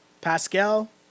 Pascal